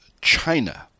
China